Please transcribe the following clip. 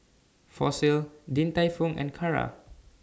Fossil Din Tai Fung and Kara